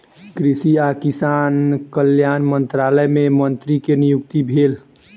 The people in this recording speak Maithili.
कृषि आ किसान कल्याण मंत्रालय मे मंत्री के नियुक्ति भेल